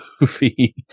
movie